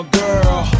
girl